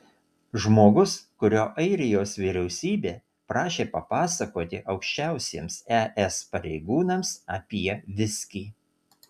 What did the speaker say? žmogus kurio airijos vyriausybė prašė papasakoti aukščiausiems es pareigūnams apie viskį